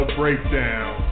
breakdown